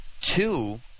two